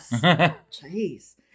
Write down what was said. Jeez